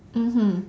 mmhmm